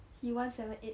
he one seven eight